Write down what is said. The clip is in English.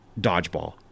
dodgeball